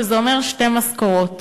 וזה אומר שתי משכורות.